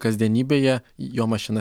kasdienybėje jo mašina